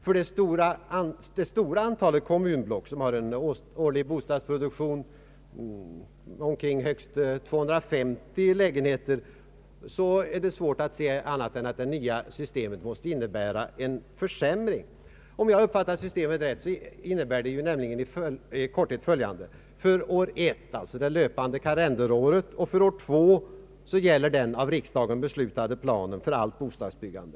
För det stora antalet kommunblock som har en årlig bostadsproduktion på upp till omkring 250 lägen heter är det svårt att se annat än att det nya systemet måste innebära en försämring. Om jag uppfattat systemet rätt, innebär det i korthet följande: För år 1 — det löpande kalenderåret — och för år 2 gäller den av riksdagen beslutade planen för allt bostadsbyggande.